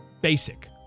basic